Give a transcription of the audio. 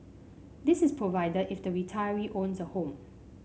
this is provided if the retiree owns a home